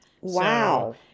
Wow